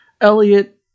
Elliot